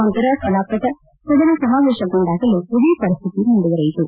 ನಂತರ ಕಲಾಪದ ಸದನ ಸಮಾವೇಶಗೊಂಡಲಾಗಲೂ ಇದೇ ಪರಿಶ್ವಿತಿ ಮುಂದುವರಿಯಿತು